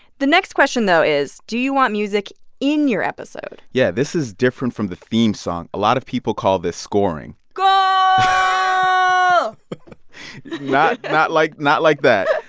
the next question, though, is do you want music in your episode? yeah, this is different from the theme song. a lot of people call this scoring goal ah um not not like like that.